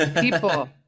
people